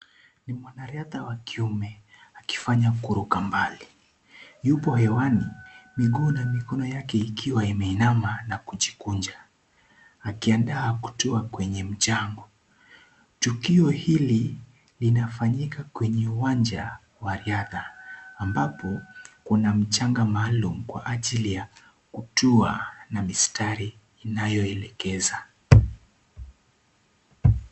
Ni mwanariadha wa kiume akifanya kuruka mbali. Yupo hewani miguu na mikono yake ikiwa imeinama na kujikunja akiandaa kutua kwenye mchanga. Tukio hili linafanyika kwenye uwanja wa riadha ambapo kuna mchanga maalum kwa ajili ya kutua na mistari inayoelekeza.